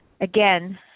again